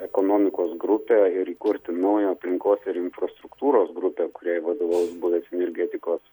ekonomikos grupę ir įkurti naują aplinkos ir infrastruktūros grupę kuriai vadovaus buvęs energetikos